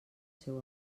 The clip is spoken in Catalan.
seu